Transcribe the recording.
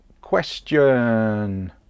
question